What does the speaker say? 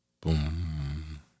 boom